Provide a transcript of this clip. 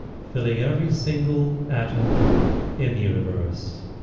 filling every single atom in the universe